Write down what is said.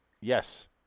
Yes